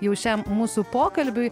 jau šiam mūsų pokalbiui